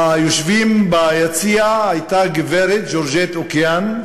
ביושבים ביציע הייתה הגברת ג'ורג'ט אווקיאן,